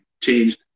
changed